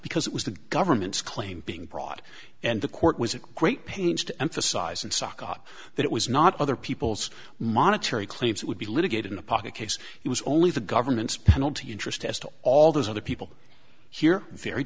because it was the government's claim being brought and the court was at great pains to emphasize and sakae that it was not other people's monetary claims would be litigated in a pocket case it was only the government's penalty interest as to all those other people here very